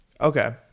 okay